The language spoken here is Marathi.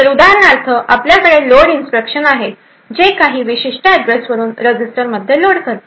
तर उदाहरणार्थ आपल्याकडे लोड इंस्ट्रक्शन आहे जे काही विशिष्ट ऍड्रेस वरून रजिस्टर मध्ये लोड करते